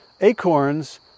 acorns